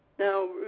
Now